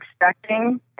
expecting